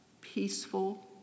peaceful